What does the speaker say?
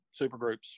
supergroups